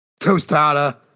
Tostada